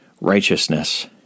righteousness